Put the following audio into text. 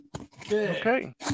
Okay